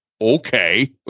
Okay